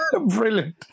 brilliant